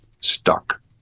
stuck